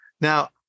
Now